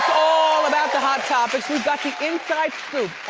all about the hot topics. we've got the inside scoop